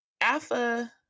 Alpha